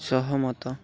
ସହାମତ